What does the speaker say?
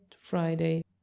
Friday